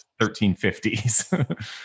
1350s